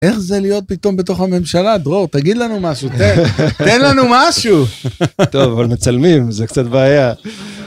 איך זה להיות פתאום בתוך הממשלה, דרור? תגיד לנו משהו. תן! תן לנו משהו. טוב, אבל מצלמים, זה קצת בעיה.